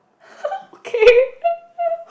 okay